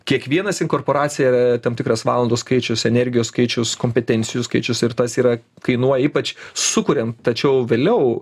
kiekvienas inkorporacijoje yra tam tikras valandų skaičius energijos skaičius kompetencijų skaičius ir tas yra kainuoja ypač sukuriam tačiau vėliau